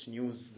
News